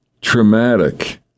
traumatic